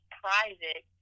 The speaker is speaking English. private